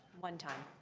one time.